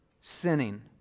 sinning